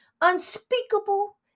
unspeakable